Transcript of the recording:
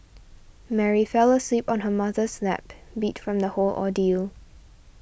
Mary fell asleep on her mother's lap beat from the whole ordeal